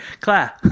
Claire